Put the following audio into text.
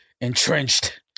entrenched